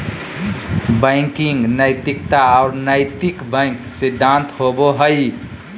banking नैतिकता और नैतिक बैंक सिद्धांत होबो हइ